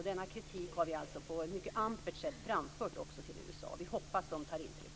Denna kritik har vi alltså på ett mycket ampert sätt framfört till USA. Vi hoppas att de tar intryck.